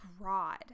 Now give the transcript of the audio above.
broad